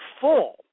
full